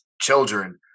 children